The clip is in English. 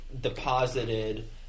deposited